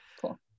cool